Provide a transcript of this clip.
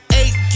eight